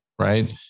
Right